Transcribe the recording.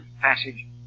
passage